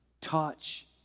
touch